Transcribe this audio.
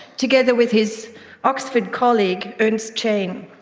together with his oxford colleague ernst chain.